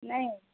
نہیں